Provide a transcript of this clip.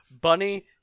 Bunny